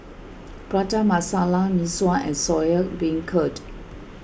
Prata Masala Mee Sua and Soya Beancurd